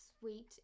sweet